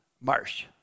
marsh